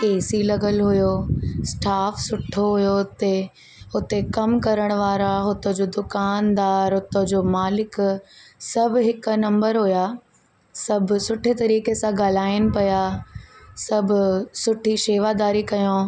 ए C लॻल हुयो staff सुठो हुयो उते हुते कम करण वारा हुतां जो दुकानदार हुतां जो मालिक सभु हिकु नम्बर हुया सभु सुठे तरीक़े सां ॻाल्हाइनि पिया सभु सुठी शेवादारी कयो